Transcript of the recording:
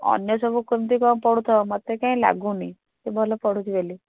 ଅନ୍ୟ ସବୁ କେମିତି କ'ଣ ପଢ଼ୁଥିବ ମୋତେ କାଇଁ ଲାଗୁନି ସେ ଭଲ ପଢ଼ୁଛି ବୋଲି